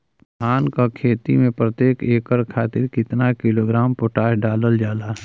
धान क खेती में प्रत्येक एकड़ खातिर कितना किलोग्राम पोटाश डालल जाला?